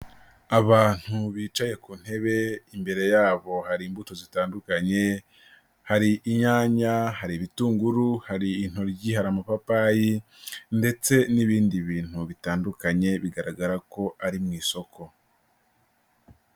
Abantu bicaye ku ntebe, imbere yabo hari imbuto zitandukanye, hari inyanya, hari ibitunguru, hari intoryi, hari amapapayi ndetse n'ibindi bintu bitandukanye, bigaragara ko ari mu isoko.